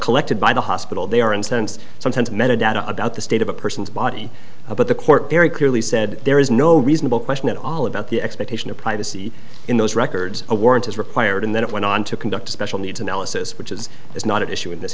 collected by the hospital they are instance sometimes metadata about the state of a person's body but the court very clearly said there is no reasonable question at all about the expectation of privacy in those records a warrant is required and then it went on to conduct a special needs analysis which is is not at issue in this